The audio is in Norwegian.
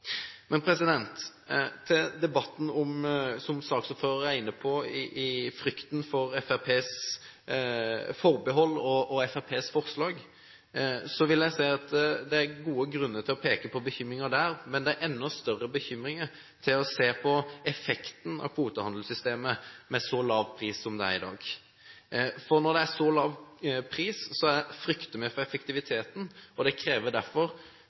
men det gir enda større grunn til bekymring når en ser på effekten av kvotehandelssystemet, med så lav pris som det er i dag. Når det er så lav pris, frykter vi for effektiviteten, og det krever derfor